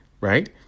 right